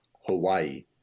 Hawaii